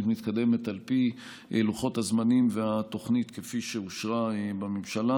מתקדמת על פי לוחות הזמנים והתוכנית כפי שאושרה בממשלה.